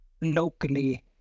locally